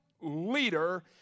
leader